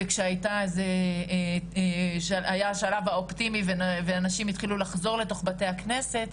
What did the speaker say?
וכשהיה שלב האופטימי והנשים התחילו לחזור לתוך בתי הכנסת,